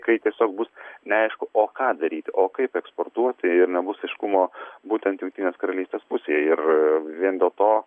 kai tiesiog bus neaišku o ką daryti o kaip eksportuoti ir nebus aiškumo būtent jungtinės karalystės pusėje ir vien dėl to